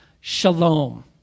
shalom